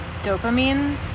dopamine